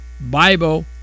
Bible